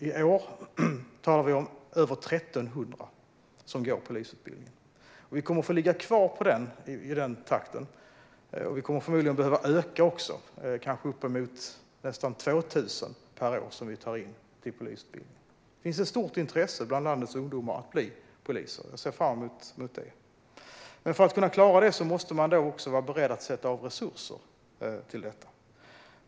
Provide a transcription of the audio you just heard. I år talar vi om över 1 300 som går polisutbildningen. Vi kommer att få ligga kvar i den takten och förmodligen också behöva öka till kanske uppemot 2 000 per år som vi tar in till polisutbildningen. Det finns ett stort intresse bland landets ungdomar för att bli polis. Jag ser fram emot det. Men för att kunna klara det måste man vara beredd att sätta av resurser till detta.